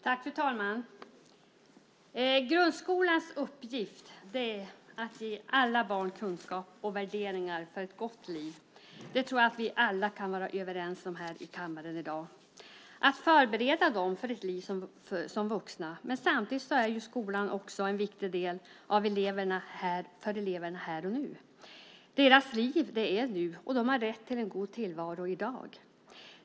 Fru talman! Grundskolans uppgift är att ge alla barn kunskap och värderingar för ett gott liv. Det tror jag att vi alla kan vara överens om här i kammaren i dag. Skolan ska förbereda dem för ett liv som vuxna. Samtidigt är skolan också en viktig del för eleverna här och nu. Deras liv är nu, och de har rätt till en god tillvaro i dag.